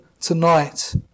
tonight